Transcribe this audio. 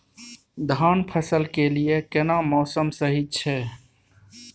धान फसल के लिये केना मौसम सही छै?